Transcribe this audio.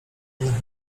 innych